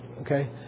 okay